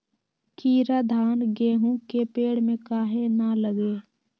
कीरा धान, गेहूं के पेड़ में काहे न लगे?